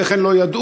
איך הן לא ידעו?